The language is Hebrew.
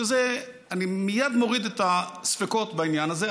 אני מייד מוריד את הספקות בעניין הזה.